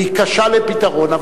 והיא קשה לפתרון.